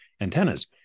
antennas